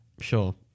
Sure